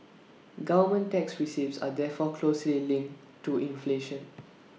government tax receipts are therefore closely linked to inflation